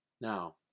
Now